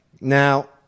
Now